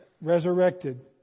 resurrected